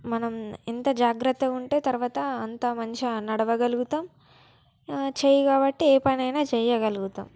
మనం ఎంత జాగ్రత్తగా ఉంటే తర్వాత అంత మంచిగ నడువగలుగుతాం చెయ్యి కాబట్టి ఏ పని అయినా చెయ్యగలుగుతాం